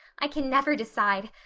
i can never decide.